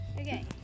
Okay